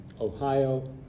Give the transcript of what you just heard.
Ohio